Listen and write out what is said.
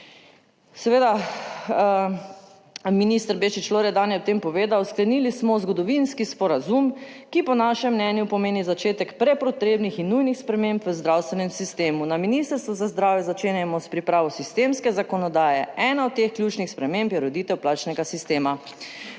Seveda, minister Bešič Loredan je o tem povedal: "Sklenili smo zgodovinski sporazum, ki po našem mnenju pomeni začetek prepotrebnih in nujnih sprememb v zdravstvenem sistemu. Na Ministrstvu za zdravje začenjamo s pripravo sistemske zakonodaje. Ena od teh ključnih sprememb je ureditev plačnega sistema."